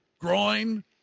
groin